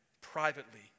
privately